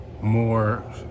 more